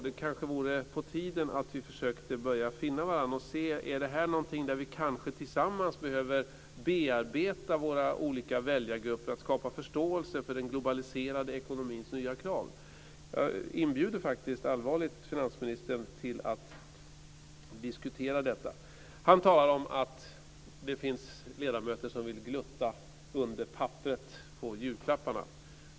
Det vore kanske på tiden att vi började försöka finna varandra för att se om det här är någonting som vi tillsammans behöver bearbeta våra olika väljargrupper med, som att skapa förståelse för den globaliserade ekonomins nya krav. Jag inbjuder allvarligt finansministern till att diskutera detta. Finansministern talar om att det finns ledamöter som vill glutta under papperet på julklapparna.